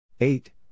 Eight